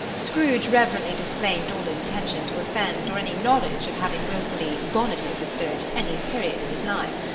scrooge reverently disclaimed all intention to offend or any knowledge of having wilfully bonneted the spirit at any period of his life.